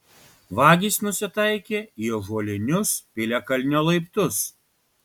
vagys nusitaikė į ąžuolinius piliakalnio laiptus